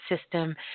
system